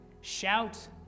Shout